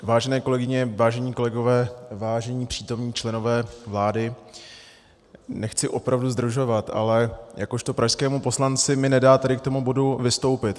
Vážené kolegyně, vážení kolegové, vážení přítomní členové vlády, nechci opravdu zdržovat, ale jakožto pražskému poslanci mi nedá tady k tomu bodu vystoupit.